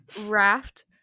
raft